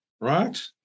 right